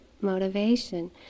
motivation